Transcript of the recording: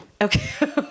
Okay